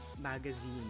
Magazine